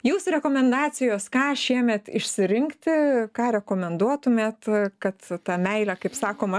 jūsų rekomendacijos ką šiemet išsirinkti ką rekomenduotumėt kad ta meilė kaip sakoma